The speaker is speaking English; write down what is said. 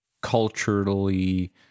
culturally